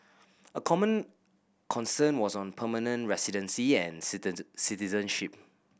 a common concern was on permanent residency and citizenship